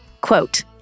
Quote